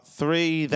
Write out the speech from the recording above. three